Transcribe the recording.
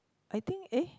I think eh